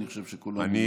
אני חושב שכולם יודו לך.